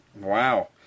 Wow